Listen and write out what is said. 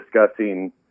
discussing